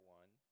one